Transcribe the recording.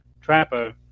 trapper